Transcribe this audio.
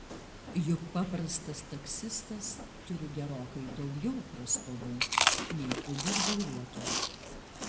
juk paprastas taksistas turi gerokai daugiau prastovų nei uber vairuotojai